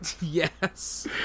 Yes